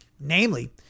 namely